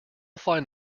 find